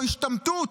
או השתמטות,